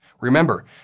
Remember